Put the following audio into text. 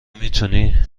میتونی